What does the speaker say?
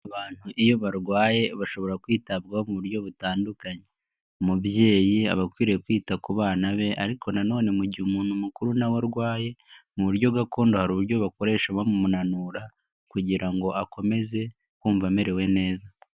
Abantu iyo barwaye bashobora kwitabwaho mu buryo butandukanye, umubyeyi aba akwiriye kwita ku bana be, ariko nano mu gihe umuntu mukuru nawe arwaye, mu buryo gakondo hari uburyo bakoresha bamunura, kugira ngo akomeze kumva amerewe neza.